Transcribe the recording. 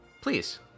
please